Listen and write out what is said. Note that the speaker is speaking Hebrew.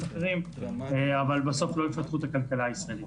אחרים אבל בסוף לא יפתחו את הכלכלה הישראלית.